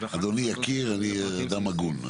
אדוני יכיר, אני אדם הגון.